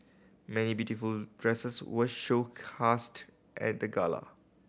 many beautiful dresses were showcased at the gala